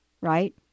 Right